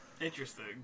Interesting